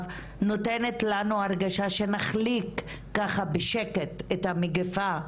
נותנת לנו הרגשה שנחליק ככה בשקט את המגיפה,